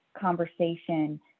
conversation